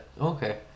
Okay